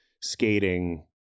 skating